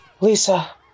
Lisa